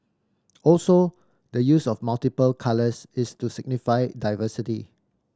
also the use of multiple colours is to signify diversity